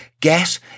Get